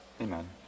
Amen